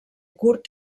curt